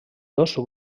dos